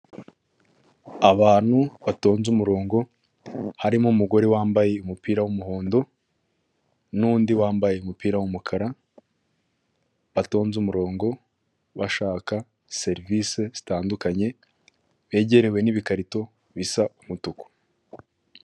Abantu batonze umurongo harimo umugore wambaye umupira w'umuhondo nundi wambaye umupira w'umukara batonze umurongo bashaka serivisi zitandukanye begerewe n'ibikarito bisa umutuku.